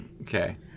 Okay